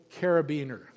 carabiner